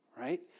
right